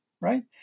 Right